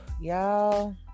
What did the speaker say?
y'all